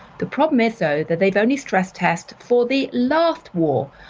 the problem is though that they've only stress test for the last war,